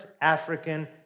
African